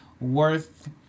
worth